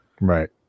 right